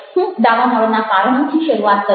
હું દાવાનળના કારણોથી શરૂઆત કરીશ